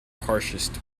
harshest